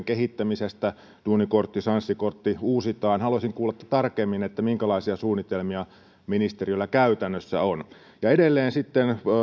kehittämisestä duuni kortti ja sanssi kortti uusitaan haluaisin kuulla tarkemmin minkälaisia suunnitelmia ministerillä käytännössä on edelleen